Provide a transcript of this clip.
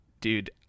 Dude